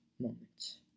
moments